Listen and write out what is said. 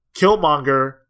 Killmonger